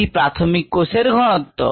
এটি প্রাথমিক কোষের ঘনত্ব